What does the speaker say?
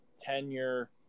tenure